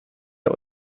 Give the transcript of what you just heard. der